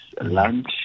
lunch